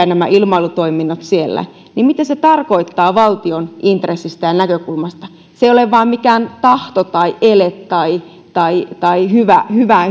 nämä ilmailutoiminnat siellä että mitä se tarkoittaa valtion intressistä ja näkökulmasta se ei ole vain mikään tahto tai ele tai tai hyvää